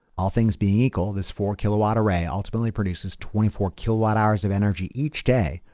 all things being equal, this four kilowatt array ultimately produces twenty four kilowatt hours of energy each day.